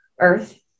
earth